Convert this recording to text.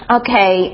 okay